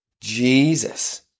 jesus